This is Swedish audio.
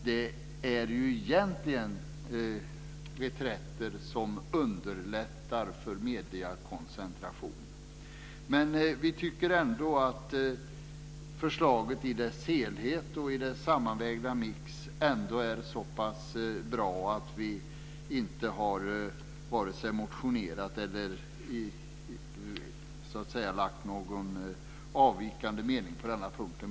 Det är egentligen reträtter som underlättar för mediekoncentration. Men vi tycker ändå att förslaget i dess helhet och den sammanvägda mixen är så pass bra att vi inte har vare sig motionerat eller yttrat någon avvikande mening på denna punkt.